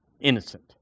innocent